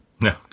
No